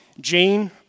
Jane